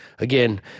Again